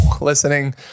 listening